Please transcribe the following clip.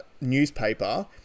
newspaper